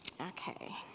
okay